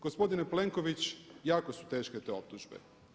Gospodine Plenković, jako su teške te optužbe.